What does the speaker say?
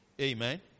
Amen